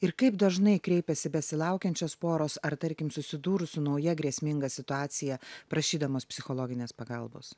ir kaip dažnai kreipiasi besilaukiančios poros ar tarkim susidūrus su nauja grėsminga situacija prašydamos psichologinės pagalbos